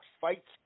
fights